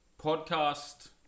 podcast